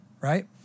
right